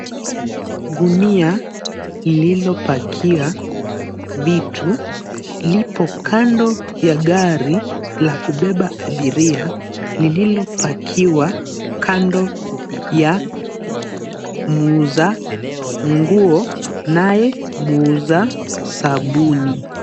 Gunia ililopakia vitu, lipo kando ya gari, la kubeba abiria, lililopakiwa kando ya muuza nguo naye muuza sabuni.